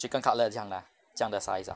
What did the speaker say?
chicken cutlet 这样的 ah 这样的 size ah